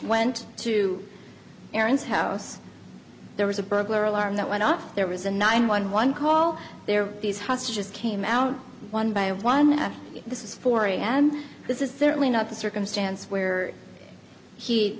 went to parents house there was a burglar alarm that went up there was a nine one one call there these hostages came out one by one this is four am this is certainly not the circumstance where he